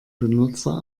benutzer